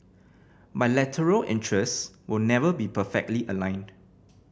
bilateral interests will never be perfectly aligned